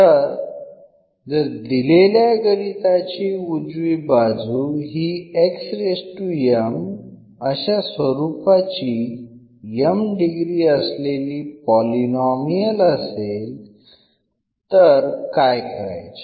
तर जर दिलेल्या गणिताची उजवी बाजू ही अशा स्वरूपाची m डिग्री असलेली पॉर्लीनोमियल असेल तर काय करायचे